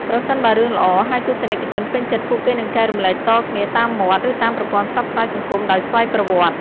ប្រសិនបើរឿងល្អហើយទស្សនិកជនពេញចិត្ត ពួកគេនឹងចែករំលែកតគ្នាតាមមាត់ ឬតាមប្រព័ន្ធផ្សព្វផ្សាយសង្គមដោយស្វ័យប្រវត្តិ។